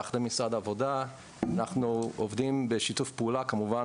יחד עם משרד העבודה עובדים בשיתוף פעולה כמובן